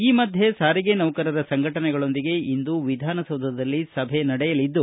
ಈ ಮಧ್ಯೆ ಸಾರಿಗೆ ನೌಕರರ ಸಂಘಟನೆಗಳೊಂದಿಗೆ ಇಂದು ವಿಧಾನಸೌಧದಲ್ಲಿ ಸಭೆ ನಡೆಯಲಿದ್ದು